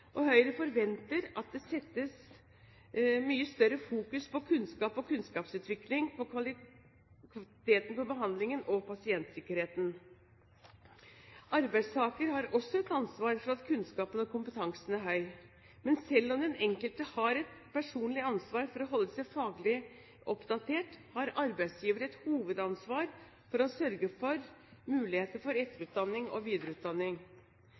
Høyre forventer at det skal fokuseres mer på kunnskap og kunnskapsutvikling, på kvaliteten på behandlingen og på pasientsikkerheten. Arbeidstaker har også et ansvar for at kunnskapen er god og kompetansen høy. Men selv om den enkelte har et personlig ansvar for å holde seg faglig oppdatert, har arbeidsgiver et hovedansvar for å sørge for muligheter for etterutdanning og videreutdanning. I denne saken er det spesielt legenes etter- og videreutdanning